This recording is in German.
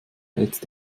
jetzt